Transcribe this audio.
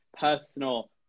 personal